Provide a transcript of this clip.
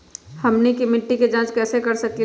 हमनी के मिट्टी के जाँच कैसे कर सकीले है?